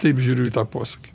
taip žiūriu į tą posakį